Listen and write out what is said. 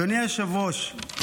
אדוני היושב-ראש,